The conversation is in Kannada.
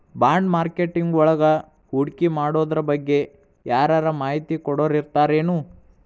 ಬಾಂಡ್ಮಾರ್ಕೆಟಿಂಗ್ವಳಗ ಹೂಡ್ಕಿಮಾಡೊದ್ರಬಗ್ಗೆ ಯಾರರ ಮಾಹಿತಿ ಕೊಡೊರಿರ್ತಾರೆನು?